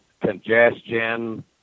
congestion